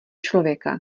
člověka